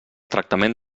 tractament